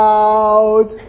out